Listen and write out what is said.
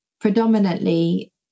predominantly